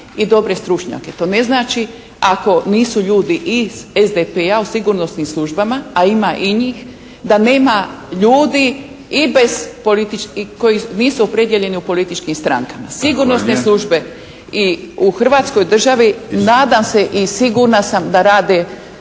i dobre stručnjake. To ne znači ako nisu ljudi iz SDP-a u sigurnosnim službama a ima i njih, da nema ljudi i bez političkih, koji nisu opredijeljeni u političkim strankama. Sigurno su službe i u hrvatskoj državi, nadam se i sigurna sam da rade